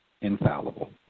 infallible